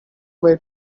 way